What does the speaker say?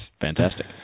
Fantastic